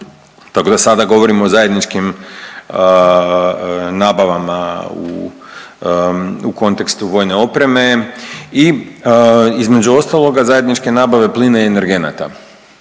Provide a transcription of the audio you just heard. tako da sada govorim o zajedničkim nabavama u kontekstu vojne opreme i između ostaloga zajedničke nabave plina i energenata.